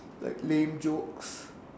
like lame jokes